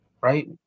right